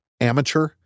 amateur